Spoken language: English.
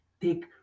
take